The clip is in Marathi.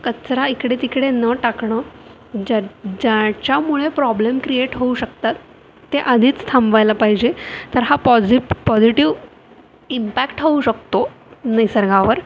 कचरा इकडे तिकडे न टाकणं ज ज्याच्यामुळे प्रॉब्लेम क्रिएट होऊ शकतात ते आधीच थांबवायला पाहिजे तर हा पॉझि पॉझिटिव्ह इम्पॅक्ट होऊ शकतो निसर्गावर